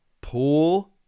pool